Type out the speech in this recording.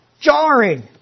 Jarring